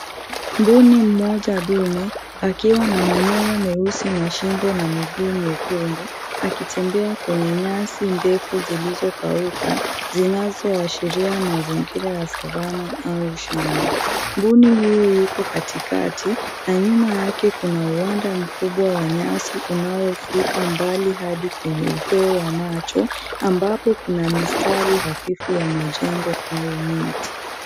Mbuni mmoja ndume akiwa na manyoya meusi na shingo na miguu nyekundu akitembea kwenye nyasi ndefu zilizokauka zinazoashiria mazingira ya savana au shamba. Mbuni huyu yuko katikati na nyuma yake kuna uwanda mkubwa wa nyasi unaofika mbali hadi kwenye upeo wa macho ambapo kuna mistari hafifu ya majengo au miti.